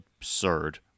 absurd